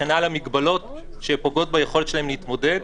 וכן הלאה מגבלות שפוגעות ביכולת שלהן להתמודד.